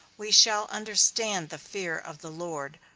we shall understand the fear of the lord?